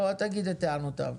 אל תעלה את טענותיו.